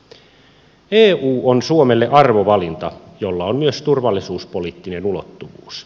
eu on suomelle arvovalinta jolla on myös turvallisuuspoliittinen ulottuvuus